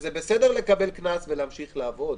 שזה בסדר לקבל קנס ולהמשיך לעבוד.